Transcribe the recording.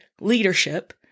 leadership